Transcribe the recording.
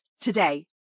today